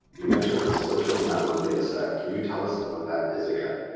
you mentioned a social network dataset, can you tell us what that is again?